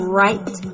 right